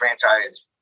franchise